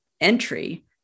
entry